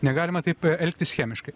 negalima taip elgtis chemiškai